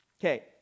Okay